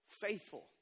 faithful